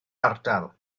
ardal